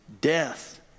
death